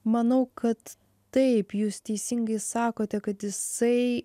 manau kad taip jūs teisingai sakote kad jisai